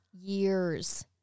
years